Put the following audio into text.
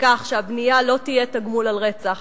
שהבנייה לא תהיה תגמול על רצח,